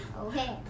Okay